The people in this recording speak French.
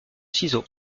ciseaux